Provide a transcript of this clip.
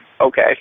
okay